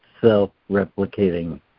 self-replicating